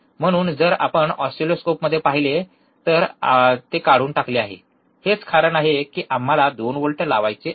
म्हणून जर आपण ऑसिलोस्कोपमध्ये पाहिले तर ते काढून टाकले आहे हेच कारण आहे की आम्हाला 2 व्होल्ट लावायचे आहेत